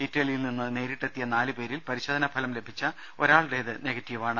ഇറ്റലിയിൽ നിന്ന് നേരിട്ടെത്തിയ നാലു പേരിൽ പരിശോധന ഫലം ലഭിച്ച ഒരാളുടേത് നെഗറ്റീവാണ്